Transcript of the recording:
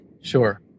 Sure